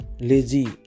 Lazy